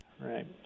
right